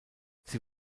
sie